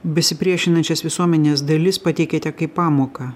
besipriešinančias visuomenės dalis pateikiate kaip pamoką